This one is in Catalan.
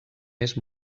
més